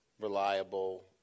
reliable